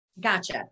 Gotcha